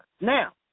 Now